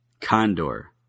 Condor